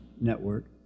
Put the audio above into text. network